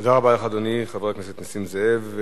תודה רבה לך, אדוני חבר הכנסת נסים זאב.